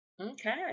Okay